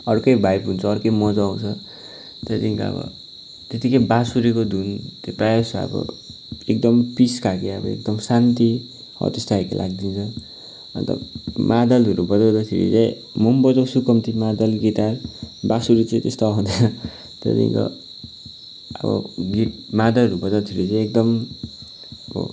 अर्कै भाइभ हुन्छ अर्कै मजा आउँछ त्यहाँदेखिको अब त्यतिकै बाँसुरीको धुन त्यो प्रायः जसो अब एकदम पिस खाले अब एकदम शान्ति हो त्यस्तो खाले लागिदिन्छ अन्त मादलहरू बजाउँदाखेरि चाहिँ म बजाउँछु कम्ती मादल गिटार बाँसुरी चाहिँ त्यस्तो आउँदैन त्यहाँदेखिको अब गिट मादलहरू बजाउँदाखेरि चाहिँ एकदम